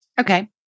Okay